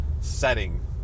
setting